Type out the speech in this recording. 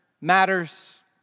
matters